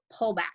pullback